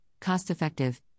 cost-effective